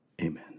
Amen